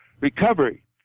recovery